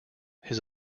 his